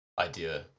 idea